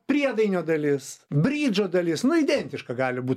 priedainio dalis bridžo dalies nu identiška gali būt